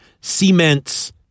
cements